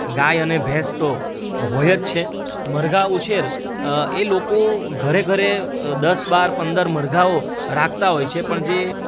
ગાય અને ભેંસ તો હોય છે મરઘા ઉછેર એ લોકો ઘરે ઘરે દસ બાર પંદર મરઘાઓ રાખતા હોય છે પણ જે